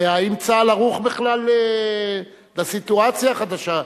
האם צה"ל ערוך בכלל לסיטואציה החדשה?